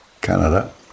Canada